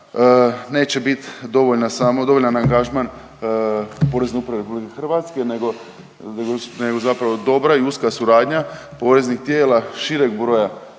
neće bit dovoljna samo, dovoljan angažman Porezne uprave RH nego, nego zapravo dobra i uska suradnja poreznih tijela šireg broja država